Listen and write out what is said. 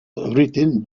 written